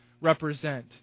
represent